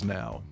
now